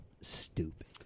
stupid